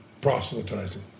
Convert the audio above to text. proselytizing